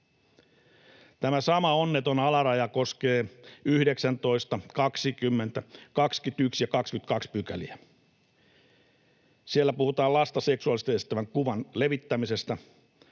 Tämä sama onneton alaraja koskee 19, 20, 21 ja 22 pykäliä. Siellä puhutaan lasta seksuaalisesti esittävän kuvan levittämisestä,